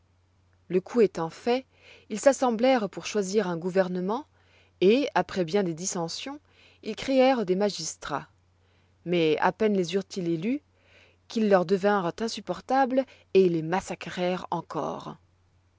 le coup étant fait ils s'assemblèrent pour choisir un gouvernement et après bien des dissensions ils créèrent des magistrats mais à peine les eurent-ils élus qu'ils leur devinrent insupportables et ils les massacrèrent encore